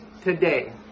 Today